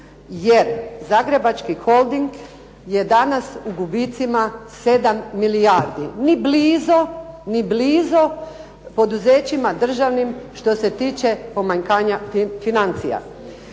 Jer Zagrebački holding je danas u gubicima 7 milijardi, ni blizo poduzećima državnim što se tiče pomanjkanja financija.